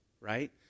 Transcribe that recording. right